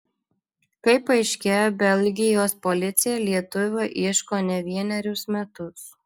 kaip paaiškėjo belgijos policija lietuvio ieško ne vienerius metus